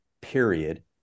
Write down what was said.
period